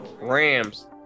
Rams